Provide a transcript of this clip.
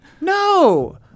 No